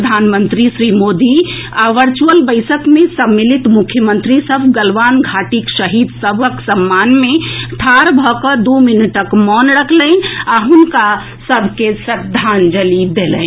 प्रधानमंत्री श्री मोदी आ वर्चुअल बैसक मे सम्मिलित मुख्यमंत्री सभ गलवान घाटीक शहीद सभक सम्मान मे ठाढ़ भऽकऽ दू मिनटक मौन रखलनि आ हुनका सभ के श्रद्धांजलि देलनि